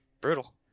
brutal